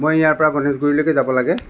মই ইয়াৰ পৰা গণেশগুৰিলেকে যাব লাগে